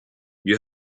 you